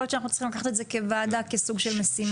יכול להיות שאנחנו צריכים לקחת את זה כוועדה כסוג של משימה.